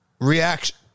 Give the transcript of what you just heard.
reaction